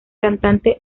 cantante